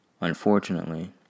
Unfortunately